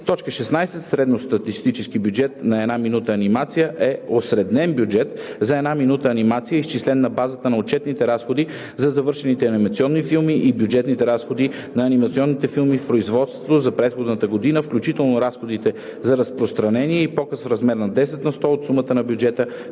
16. „Средностатистически бюджет на 1 минута анимация“ е осреднен бюджет за 1 минута анимация, изчислен на базата на отчетените разходи за завършените анимационни филми и бюджетните разходи на анимационните филми в производство за предходната година, включително разходите за разпространение и показ в размер 10 на сто от сумата на бюджета,